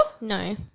No